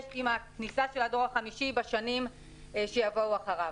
עם הכניסה של הדור החמישי בשנים שיבואו אחריו.